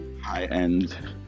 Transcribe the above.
high-end